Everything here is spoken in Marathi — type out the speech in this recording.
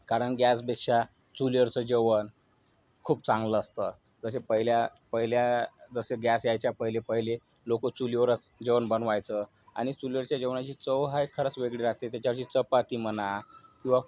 कारण गॅजपेक्षा चुलीवरचं जेवण खूप चांगलं असतं जसे पहिल्या पहिल्या जसे गॅस यायच्या पहिले पहिले लोक चुलीवरच जेवण बनवायचे आणि चुलीवरच्या जेवणाची चव हा खरंच वेगळी राहते जसे चपाती म्हणा किंवा